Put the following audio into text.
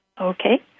Okay